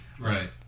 right